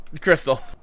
Crystal